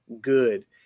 good